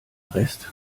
rest